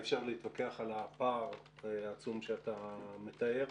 אי אפשר להתווכח על הפער העצום שאתה מתאר.